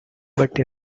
but